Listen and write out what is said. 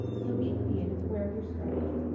so, be creative, wear your stripes,